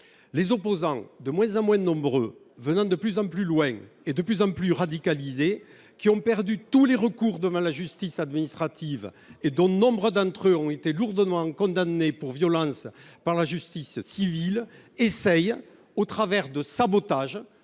Les opposants, de moins en moins nombreux, venant de plus en plus loin et de plus en plus radicalisés, ont perdu tous les recours devant la justice administrative ; nombre d’entre eux ont été lourdement condamnés pour violences par la justice pénale. Ils essaient encore, au travers de sabotages